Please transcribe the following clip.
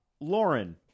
Lauren